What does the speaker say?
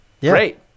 great